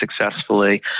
successfully